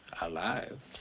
Alive